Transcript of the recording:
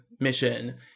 mission